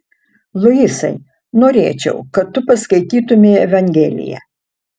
luisai norėčiau kad tu paskaitytumei evangeliją